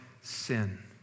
sin